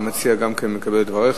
המציע גם כן מקבל את דבריך.